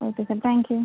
okay sir thank you